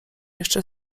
jeszcze